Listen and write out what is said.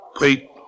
Pete